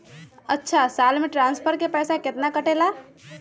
अछा साल मे ट्रांसफर के पैसा केतना कटेला?